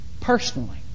Personally